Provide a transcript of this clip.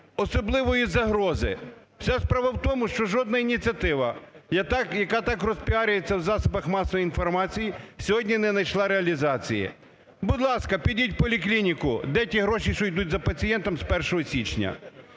особливої загрози. Вся справа в тому, що жодна ініціатива, яка так розпіарюється в засобах масової інформації, сьогодні не найшла реалізації. Будь ласка, підіть в поліклініку. Де ті гроші, що йдуть за пацієнтом з 1 січня?